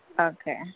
Okay